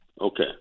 okay